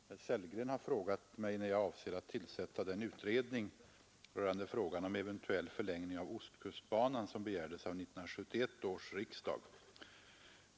Herr talman! Herr Sellgren har frågat mig när jag avser att tillsätta den utredning rörande frågan om eventuell förlängning av ostkustbanan som begärdes av 1971 års riksdag.